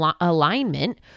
alignment